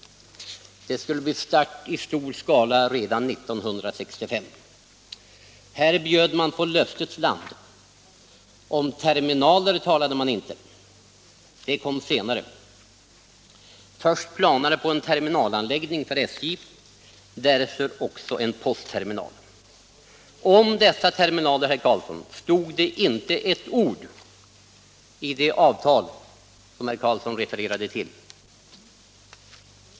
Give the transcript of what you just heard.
Man skulle starta i stor skala redan 1965. Här målade man ut löftets land. Om terminaler talade man inte — det kom senare. Först kom planerna på en terminalanläggning för SJ, därefter kom också en postterminal. Om dessa planer, herr Karlsson, stod det inte ett ord i det avtal som herr Karlsson refererade till.